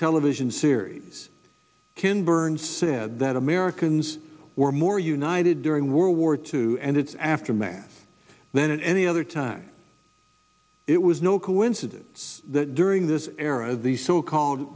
television series ken burns said that americans were more united during world war two and its aftermath then in any other time it was no coincidence that during this era the so called